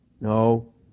no